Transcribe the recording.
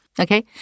Okay